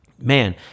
Man